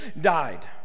died